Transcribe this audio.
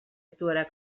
actuarà